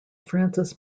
francis